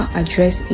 address